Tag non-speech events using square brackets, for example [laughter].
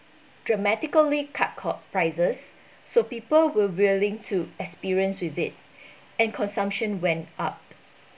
dramatically cut co~ prices so people were willing to experience with it [breath] and consumption went up